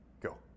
go